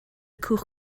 cwch